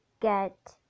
get